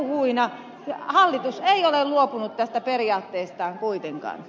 hallitus ei ole luopunut tästä periaatteestaan kuitenkaan